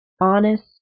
honest